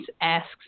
asks